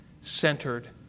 centered